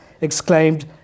exclaimed